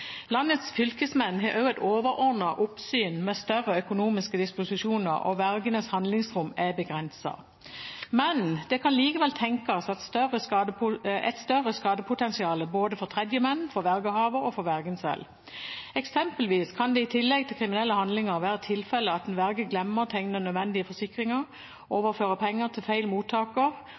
Landets fylkesmenn har også et overordnet oppsyn med større økonomiske disposisjoner, og vergenes handlingsrom er begrenset. Det kan likevel tenkes et større skadepotensial både for tredjemenn, for vergehaveren og for vergen selv. Eksempelvis kan det i tillegg til kriminelle handlinger være tilfellet at en verge glemmer å tegne nødvendige forsikringer, overfører penger til feil mottaker,